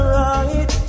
right